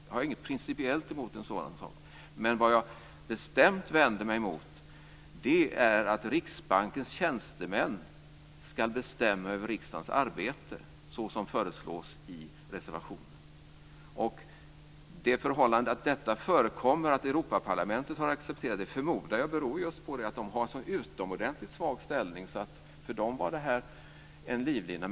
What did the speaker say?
Jag har inget principiellt emot en sådan sak. Men vad jag bestämt vänder mig mot är att Riksbankens tjänstemän ska bestämma över riksdagens arbete såsom föreslås i reservationen. Det förhållandet att detta förekommer, och att Europaparlamentet har accepterat det, förmodar jag beror just på att de har en så utomordentligt svag ställning. För dem var det här en livlina.